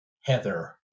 Heather